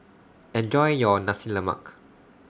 Enjoy your Nasi Lemak